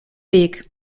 weg